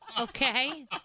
Okay